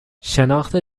شناخت